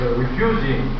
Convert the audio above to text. refusing